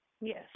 Yes